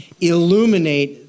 illuminate